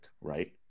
right